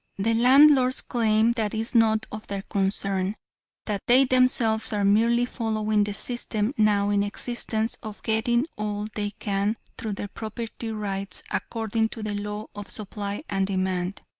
the landlords claim that is none of their concern that they themselves are merely following the system now in existence of getting all they can, through their property rights, according to the law of supply and demand.